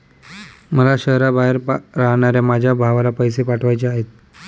मला शहराबाहेर राहणाऱ्या माझ्या भावाला पैसे पाठवायचे आहेत